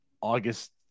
August